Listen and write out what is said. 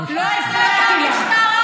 את רק מגרשת מהוועדות כשמבקרים את המשטרה.